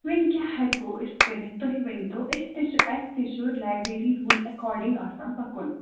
وۄنۍ کیاہ ہیٚکو أسۍ کٔرِتھ تُہۍ ؤنٛتو أسۍ تہِ چھِ اسہِ تہِ چھِ لایبریری روٗل ایٚکوٚڈِنٛگ آسان پَکُن